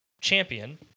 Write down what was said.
champion